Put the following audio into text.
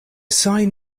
sign